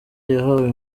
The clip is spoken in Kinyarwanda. yahawe